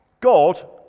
God